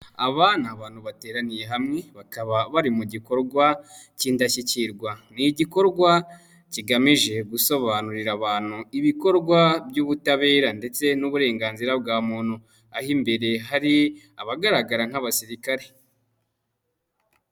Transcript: Aba ni abantu bateraniye hamwe bakaba bari mu gikorwa k'indashyikirwa, ni igikorwa kigamije gusobanurira abantu ibikorwa by'ubutabera ndetse n'uburenganzira bwa muntu aho imbere hari abagaragara nk'abasirikare.